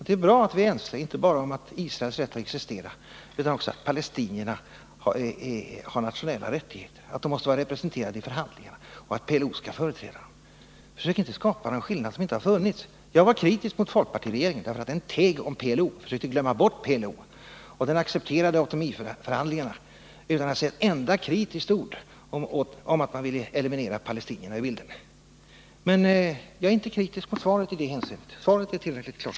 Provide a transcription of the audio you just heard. Det är bra att vi är ense, inte bara om Israels rätt att existera utan också om att palestinierna har nationella rättigheter, att de måste vara representerade i förhandlingarna och att PLO företräder dem. Försök inte skapa någon skillnad som inte har funnits! Jag var kritisk mot folkpartiregeringen därför att den teg om och försökte glömma bort PLO samt accepterade autonomiförhandlingarna utan att säga ett enda kritiskt ord om att man ville eliminera palestinierna ur bilden. Men jag är inte kritisk mot svaret i det hänseendet, svaret är tillräckligt klart.